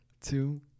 two